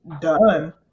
done